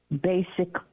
basic